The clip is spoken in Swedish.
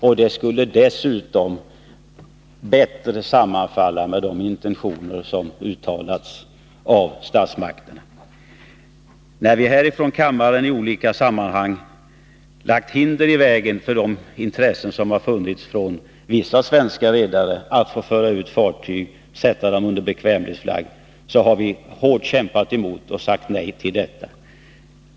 Dessutom skulle det bättre sammanfalla med de intentioner som uttalats av statsmakterna. Vi har från denna kammare i olika sammanhang lagt hinder i vägen för de intressen som har funnits hos vissa svenska redare när det gäller att föra ut fartyg och sätta dem under bekvämlighetsflagg. Vi har hårt kämpat emot och sagt nej till dessa intressen.